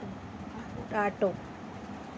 auto